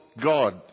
God